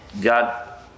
God